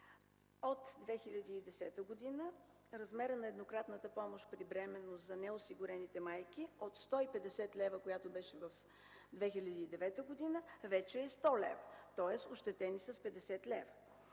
От 2010 г. размерът на еднократната помощ при бременност за неосигурените майки от 150 лв., каквато беше през 2009 г., вече е 100 лв. Тоест ощетени са с 50 лв.